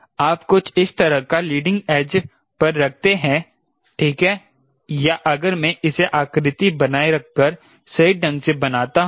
आप कुछ इस तरह का लीडिंग एज पर रखते हैं ठीक है या अगर मैं इसे आकृति बनाए रखकर सही ढंग से बनाता हूं